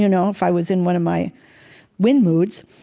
you know if i was in one of my win moods.